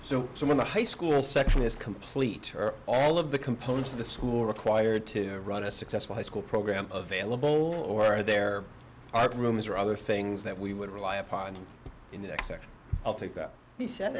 so some of the high school section is complete or all of the components of the school required to run a successful high school program available or are there are rooms or other things that we would rely upon in the next i'll take that he said